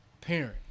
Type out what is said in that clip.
parent